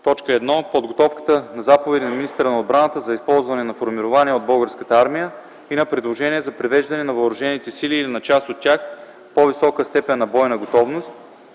за: 1. подготовката на заповеди на министъра на отбраната за използване на формирования от Българската армия и на предложения за привеждане на въоръжените сили или на част от тях в по-висока степен на бойна готовност;